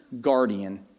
guardian